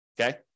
okay